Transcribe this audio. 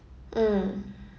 mm